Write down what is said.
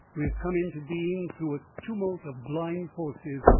we have come into being through a tumult of blind forces.